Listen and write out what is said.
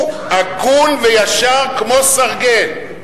הוא הגון וישר כמו סרגל,